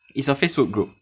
it's a Facebook group